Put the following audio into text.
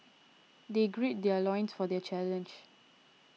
they gird their loins for their challenge